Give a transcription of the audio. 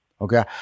Okay